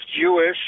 Jewish